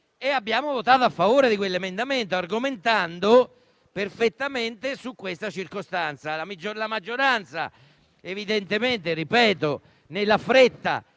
abbiamo votato a favore di quell'emendamento, argomentando perfettamente su questa circostanza. La maggioranza, evidentemente, nella fretta